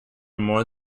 more